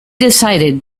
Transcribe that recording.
decided